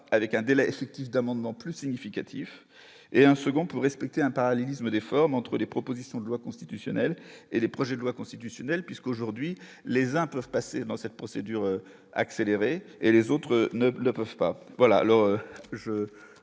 avec un délai d'amendements plus significative et un second pour respecter un parallélisme des formes entre les propositions de loi constitutionnelle et les projets de loi constitutionnel puisqu'aujourd'hui les uns peuvent passer dans cette procédure accélérée et les autres ne le peuvent pas voilà,